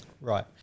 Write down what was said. Right